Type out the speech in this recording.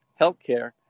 healthcare